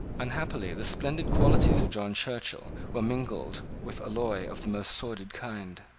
unhappily the splendid qualities of john churchill were mingled with alloy of the most sordid kind.